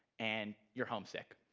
and you're homesick.